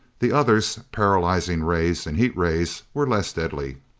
the others, paralyzing rays and heat rays, were less deadly.